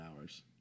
hours